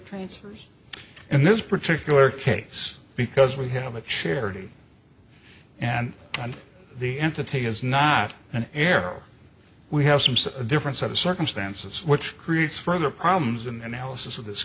transfers and this particular case because we have a charity and on the entity is not an arrow we have some say a different set of circumstances which creates further problems and houses of this